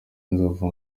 inzovu